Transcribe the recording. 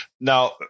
Now